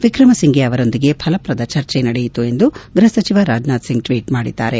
ವಿಕ್ರಮಸಿಂಘೆ ಅವರೊಂದಿಗೆ ಫಲಪ್ರದ ಚರ್ಚೆ ನಡೆಯಿತು ಎಂದು ಗ್ಬಹ ಸಚಿವ ರಾಜ್ನಾಥ್ ಸಿಂಗ್ ಟ್ವೀಟ್ ಮಾಡಿದ್ದಾರೆ